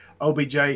OBJ